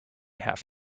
have